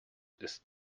ist